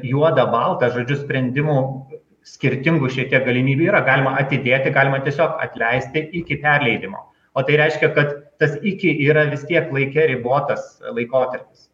juoda balta žodžiu sprendimų skirtingų šiek tiek galimybių yra galima atidėti galima tiesiog atleisti iki perleidimo o tai reiškia kad tas iki yra vis tiek laike ribotas laikotarpis